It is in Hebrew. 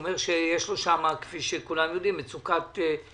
הוא אומר שיש לו שם מצוקת מגרשים,